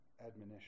admonition